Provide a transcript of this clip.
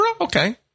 Okay